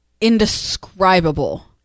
indescribable